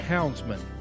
Houndsman